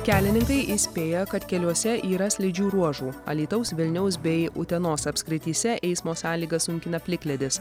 kelininkai įspėja kad keliuose yra slidžių ruožų alytaus vilniaus bei utenos apskrityse eismo sąlygas sunkina plikledis